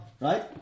right